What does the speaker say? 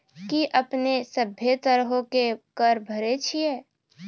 कि अपने सभ्भे तरहो के कर भरे छिये?